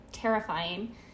terrifying